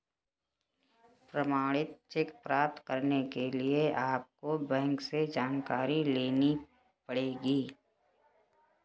प्रमाणित चेक प्राप्त करने के लिए आपको बैंक से जानकारी लेनी पढ़ेगी